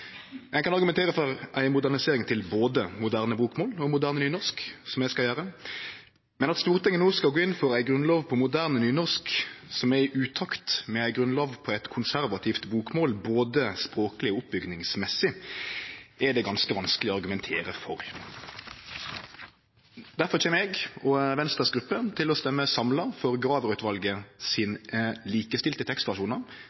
ein kan argumentere for ei modernisering til både moderne bokmål og moderne nynorsk – som eg skal gjere – men at Stortinget no skal gå inn for ei grunnlov på moderne nynorsk som er i utakt med ei grunnlov på eit konservativt bokmål, både språkleg og når det gjeld oppbygging, er det ganske vanskeleg å argumentere for. Derfor kjem eg og Venstres gruppe til å stemme samla for